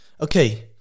Okay